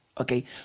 okay